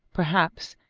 perhaps,